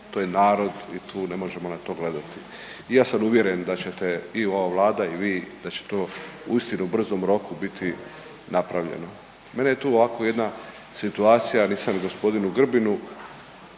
to je narod i tu ne možemo na to gledati. I ja sam uvjeren da ćete i ova Vlada i vi da će to uistinu u brzom roku biti napravljeno. Mene tu ovako jedna situacija, a nisam g. Grbinu